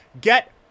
Get